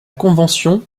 convention